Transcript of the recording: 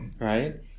Right